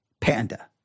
panda